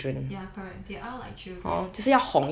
ya correct they are like children